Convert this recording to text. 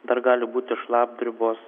dar gali būti šlapdribos